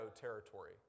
territory